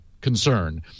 concern